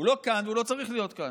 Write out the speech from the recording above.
הוא לא כאן והוא לא צריך להיות כאן,